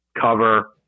Cover